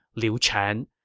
liu chan,